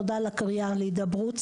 תודה על הקריאה להידברות,